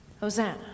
Hosanna